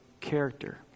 character